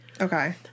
okay